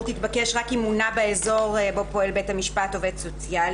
תתבקש רק אם מונה באזור בו פועל בית המשפט עובד סוציאלי".